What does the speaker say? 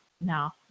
No